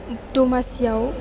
दमासिआव